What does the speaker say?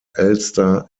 elster